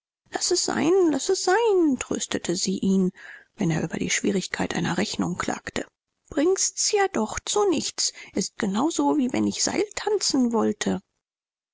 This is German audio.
laß es sein laß es sein tröstete sie ihn wenn er über die schwierigkeit einer rechnung klagte bringst's ja doch zu nichts ist genau so wie wenn ich seiltanzen wollte